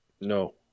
No